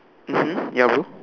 mmhmm ya bro